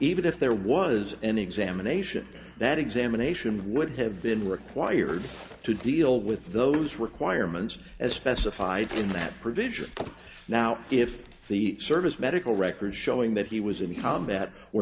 even if there was an examination that examination would have been required to deal with those requirements as specified in that provision now if the service medical records showing that he was in combat were